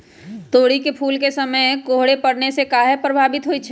तोरी फुल के समय कोहर पड़ने से काहे पभवित होई छई?